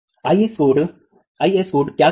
IS code IS code क्या करता है